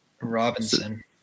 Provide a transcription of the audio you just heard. Robinson